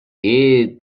heed